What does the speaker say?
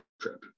trip